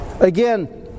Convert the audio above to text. Again